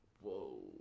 Whoa